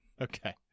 Okay